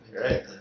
Right